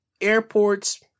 airports